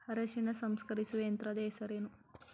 ಅರಿಶಿನ ಸಂಸ್ಕರಿಸುವ ಯಂತ್ರದ ಹೆಸರೇನು?